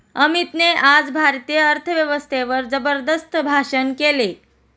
अमितने आज भारतीय अर्थव्यवस्थेवर जबरदस्त भाषण केले